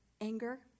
anger